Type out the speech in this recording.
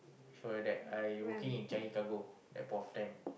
for your dad I working in Changi cargo that point of time